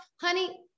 honey